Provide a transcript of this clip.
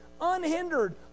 unhindered